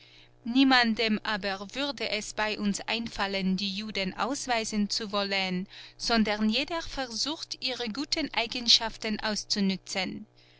niemandem aber würde es bei uns einfallen die juden ausweisen zu wollen sondern jeder versucht ihre guten eigenschaften auszunützen